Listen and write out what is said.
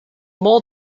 more